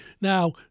Now